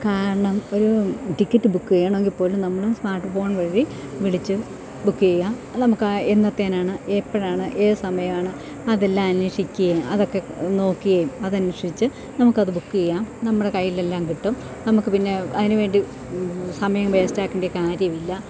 കാരണം ഒരു ticket book ചെയ്യണമെങ്കിൽപ്പോലും നമ്മൾ സ്മാർട്ട് ഫോൺ വഴി വിളിച്ച് ബുക്ക് ചെയ്യാം അതു നമുക്ക് എന്നത്തേനാണ് എപ്പോഴാണ് ഏതു സമയമാണ് അതെല്ലാം അന്വേഷിക്കുകയും അതൊക്കെ നോക്കുകയും അതന്വേഷിച്ച് നമുക്കത് ബുക്ക് ചെയ്യാം നമ്മുടെ കയ്യിലെല്ലാം കിട്ടും നമുക്ക് പിന്നേ അതിനു വേണ്ടി സമയം വേസ്റ്റാക്കേണ്ടിയ കാര്യമില്ല